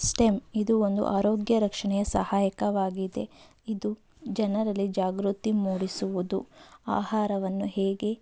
stem ಇದು ಒಂದು ಆರೋಗ್ಯ ರಕ್ಷಣೆಯ ಸಹಾಯಕವಾಗಿದೆ ಇದು ಜನರಲ್ಲಿ ಜಾಗೃತಿ ಮೂಡಿಸುವುದು ಆಹಾರವನ್ನು ಹೇಗೆ